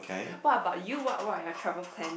what about you what what are your travel plans